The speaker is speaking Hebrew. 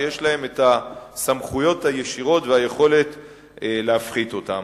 שיש להם את הסמכויות הישירות והיכולת להפחית אותם.